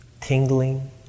tingling